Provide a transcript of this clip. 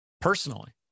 personally